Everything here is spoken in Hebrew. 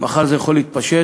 מחר זה יכול להתפשט.